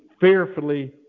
fearfully